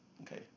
Okay